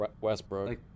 Westbrook